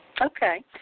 Okay